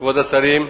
כבוד השרים,